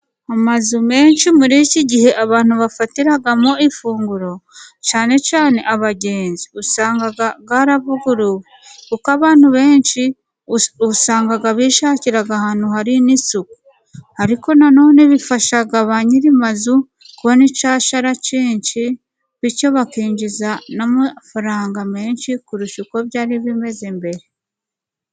Amazu menshi muri iki gihe abantu bafatiramo ifunguro cyane cyane abagenzi, usanga yaravuguruwe. Kuko abantu benshi usanga bishakira ahantu hari n'isuku. Ariko nanone bifashaga ba nyiri amazu kubona icyashara cyinshi, bityo bakinjiza n'amafaranga menshi kurusha uko byari bimeze mbere.